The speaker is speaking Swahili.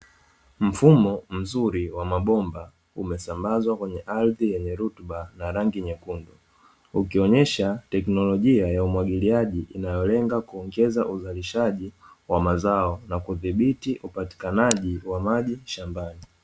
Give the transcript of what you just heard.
Mfumo mzuri wa mabomba umesambazwa kwenye ardhi yenye rutuba na rangi nyekundu, ukionyesha teknolojia ya umwagiliaji inayolenga kuongeza uzalishaji wa mazao, na kudhibiti upatikanaji wa maji shambani.